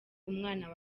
umwana